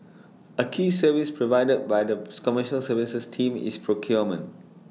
A key service provided by the commercial services team is procurement